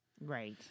Right